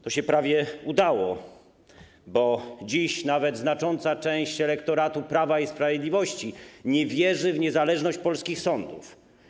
To się prawie udało, bo dziś nawet znacząca część elektoratu Prawa i Sprawiedliwości nie wierzy w niezależność polskich sądów.